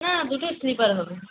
না দুটো স্লিপার হবে